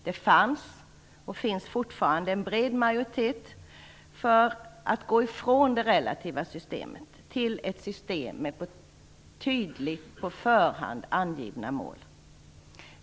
Det fanns och finns fortfarande en bred majoritet för att frångå det relativa betygssystemet och övergå till ett system med på förhand tydligt angivna mål.